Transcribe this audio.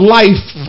life